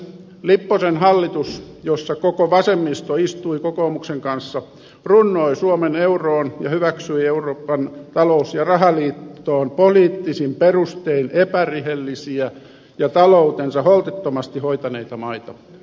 lipposen hallitus jossa koko vasemmisto istui kokoomuksen kanssa runnoi suomen euroon ja hyväksyi euroopan talous ja rahaliittoon poliittisin perustein epärehellisiä ja taloutensa holtittomasti hoitaneita maita